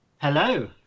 Hello